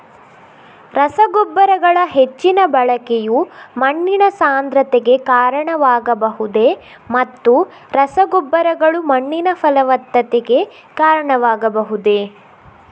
ರಸಗೊಬ್ಬರಗಳ ಹೆಚ್ಚಿನ ಬಳಕೆಯು ಮಣ್ಣಿನ ಸಾಂದ್ರತೆಗೆ ಕಾರಣವಾಗಬಹುದೇ ಮತ್ತು ರಸಗೊಬ್ಬರಗಳು ಮಣ್ಣಿನ ಫಲವತ್ತತೆಗೆ ಕಾರಣವಾಗಬಹುದೇ?